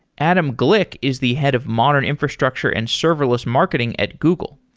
adam glick is the head of modern infrastructure and serverless marketing at google.